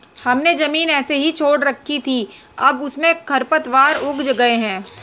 हमने ज़मीन ऐसे ही छोड़ रखी थी, अब उसमें खरपतवार उग गए हैं